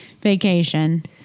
vacation